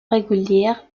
régulière